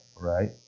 right